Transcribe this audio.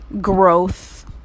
growth